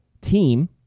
team